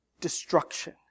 destruction